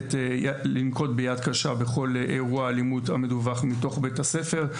לנקוט ביד קשה בכל אירוע אלימות המדווח מתוך בית-הספר.